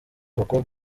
bakobwa